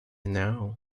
know